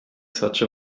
such